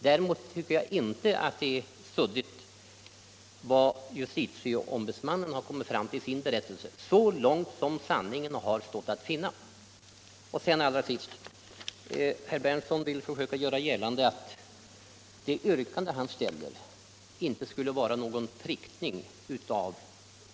Däremot tycker jag inte att vad justitieombudsmannen kommit fram till i sin berättelse är suddigt — så långt som sanningen har ståtvt att finna.